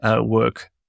work